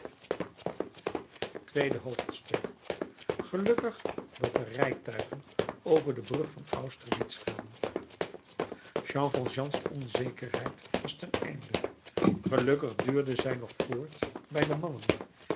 tweede hoofdstuk gelukkig dat er rijtuigen over de brug van austerlitz gaan jean valjeans onzekerheid was ten einde gelukkig duurde zij nog voort bij de mannen